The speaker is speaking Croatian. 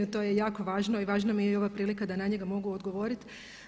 To je jako važno i važna mi je i ova prilika da na njega mogu odgovoriti.